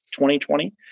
2020